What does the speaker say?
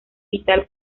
vital